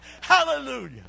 Hallelujah